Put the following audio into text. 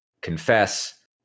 confess